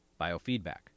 biofeedback